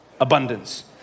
Abundance